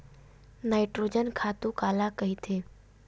Nitrogen खातु काला कहिथे?